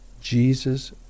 Jesus